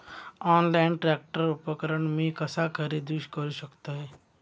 Online tractor उपकरण मी कसा खरेदी करू शकतय?